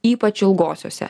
ypač ilgosiose